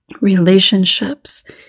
relationships